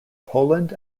poland